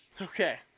Okay